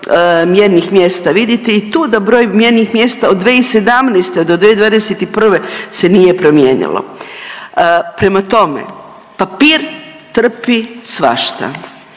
mjernih mjesta. Vidite i tu da broj mjernih mjesta od 2017. do 2021. se nije promijenilo. Prema tome, papir trpi svašta.